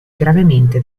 gravemente